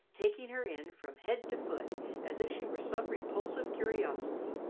taking her in from head to foot as if she were some repulsive curiosity.